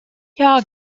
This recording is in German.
jahr